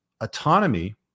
autonomy